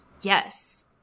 Yes